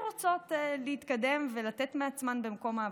רוצות להתקדם ולתת מעצמן במקום העבודה.